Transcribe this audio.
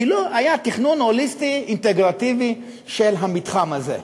כי לא היה תכנון הוליסטי אינטגרטיבי של המתחם הזה.